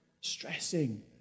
Stressing